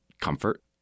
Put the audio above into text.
comfort